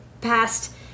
past